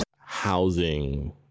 Housing